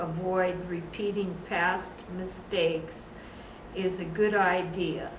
avoid repeating past mistakes is a good idea